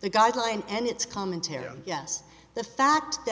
the guideline and it's commentary yes the fact that